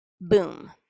Boom